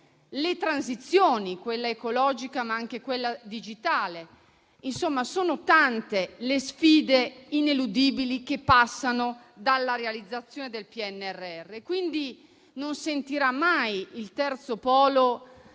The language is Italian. le transizioni, quella ecologica ma anche quella digitale. Insomma, sono tante le sfide ineludibili che passano dalla realizzazione del PNRR. Quindi, non sentirà mai il Terzo polo